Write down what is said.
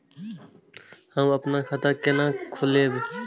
हम आपन खाता केना खोलेबे?